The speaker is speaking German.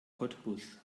cottbus